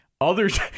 Others